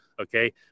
okay